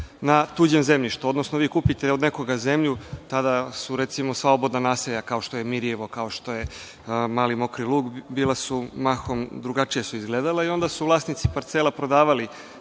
na tuđem zemljištu. Odnosno, vi kupite od nekoga zemlju, tada su recimo slobodna naselja kao što je Mirjevo, kao što je Mali Mokri Lug, drugačije su izgledala i onda su vlasnici parcela prodavali